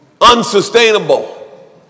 unsustainable